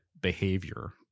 behavior